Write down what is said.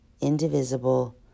indivisible